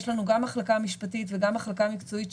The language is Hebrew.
יש לנו גם מחלקה משפטית וגם מחלקה מקצועית,